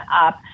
up